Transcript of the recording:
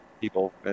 people